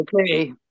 Okay